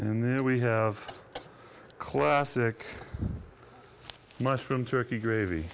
and then we have classic mushroom turkey gravy